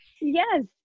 Yes